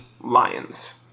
Lions